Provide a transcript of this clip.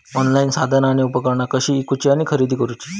Online साधना आणि उपकरणा कशी ईकूची आणि खरेदी करुची?